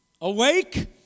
Awake